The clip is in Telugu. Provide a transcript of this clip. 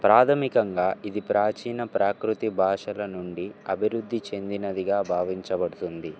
ప్రాథమికంగా ఇది ప్రాచీన ప్రాకృతి భాషల నుండి అభివృద్ధి చెందినదిగా భావించబడుతుంది